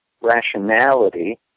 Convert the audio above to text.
rationality